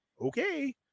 okay